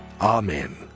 Amen